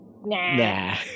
Nah